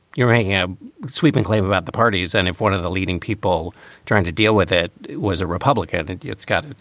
you're making a sweeping claim about the parties and if one of the leading people trying to deal with it was a republican. and yet, scott,